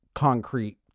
concrete